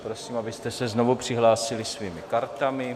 Prosím, abyste se znovu přihlásili svými kartami.